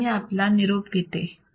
येथे मी आपला निरोप घेते